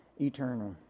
eternal